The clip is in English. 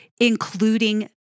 including